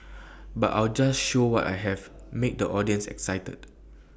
but I'll just show what I have make the audience excited